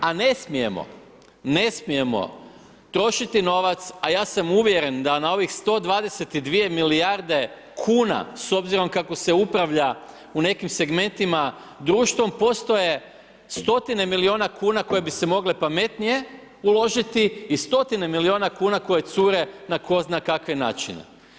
A ne smijemo, ne smijemo trošiti novac, a ja sam uvjeren da na ovih 122 milijarde kn, s obzirom kako se upravlja u nekim segmentima društvom, postoje 100 milijuna kn, koje bi se mogle pametnije uložiti i 100 milijuna kn koje cure na ko zna kakve načine.